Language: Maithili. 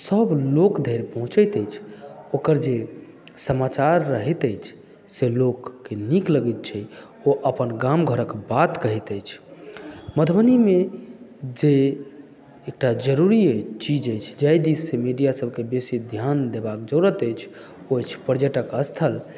सब लोक धरि पहुँचैत अछि ओकर जे समाचार रहैत अछि से लोककेँ नीक लगैत छै ओ अपन गाम घरक बात कहैत अछि मधुबनीमे जे एकटा जरुरी अइ चीज अछि जाहि दिस मीडिया सबकेँ बेसी ध्यान देबाक जरुरत अछि ओ अछि पर्यटक स्थल